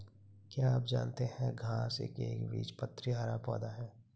क्या आप जानते है घांस एक एकबीजपत्री हरा पौधा है?